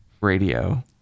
radio